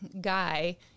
guy